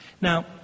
Now